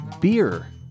beer